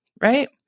right